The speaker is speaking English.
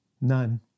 None